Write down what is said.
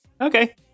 okay